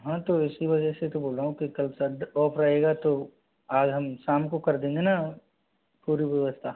हाँ तो इसी वजह से तो बोल रहा हूँ कि कल सन्डे ऑफ रहेगा तो आज हम शाम को कर देंगे ना पूरी व्यवस्था